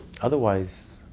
Otherwise